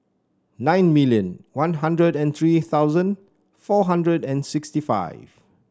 nine million One Hundred and three thousand four hundred and sixty five